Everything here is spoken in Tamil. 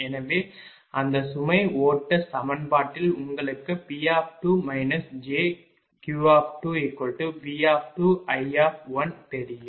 எனவே அந்த சுமை ஓட்ட சமன்பாட்டில் உங்களுக்கு P2 jQ2V2I தெரியும்